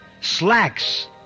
slacks